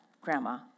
grandma